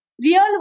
real